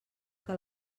que